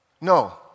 No